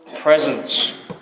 presence